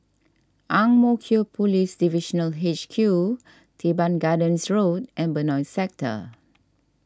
Ang Mo Kio Police Divisional H Q Teban Gardens Road and Benoi Sector